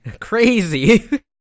crazy